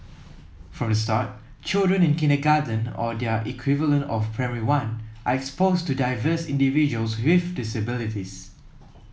from the start children in kindergarten or their equivalent of primary one are exposed to diverse individuals with disabilities